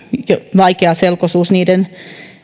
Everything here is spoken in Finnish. vaikeaselkoisuus niiden